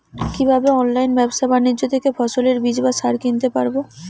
কীভাবে অনলাইন ব্যাবসা বাণিজ্য থেকে ফসলের বীজ বা সার কিনতে পারবো?